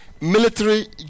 Military